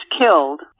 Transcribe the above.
killed